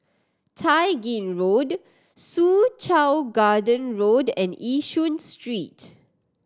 Tai Gin Road Soo Chow Garden Road and Yishun Street